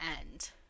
end